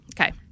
okay